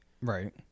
Right